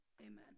amen